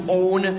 own